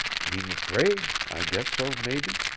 heem fraid i guess so, mebby.